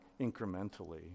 incrementally